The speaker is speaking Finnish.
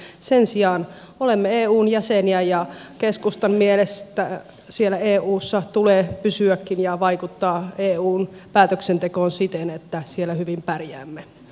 sen sijaan olemme eun jäseniä ja keskustan mielestä siellä eussa tulee pysyäkin ja vaikuttaa eun päätöksentekoon siten että siellä hyvin pärjäämme